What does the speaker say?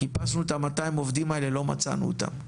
חיפשנו את ה-200 עובדים האלה לא מצאנו אותם.